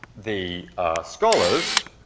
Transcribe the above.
the scholars